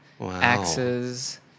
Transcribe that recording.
axes